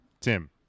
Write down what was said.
Tim